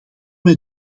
mij